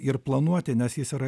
ir planuoti nes jis yra